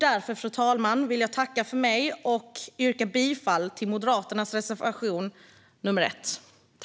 Därför, fru talman, vill jag tacka för mig och yrka bifall till Moderaternas reservation nr 1.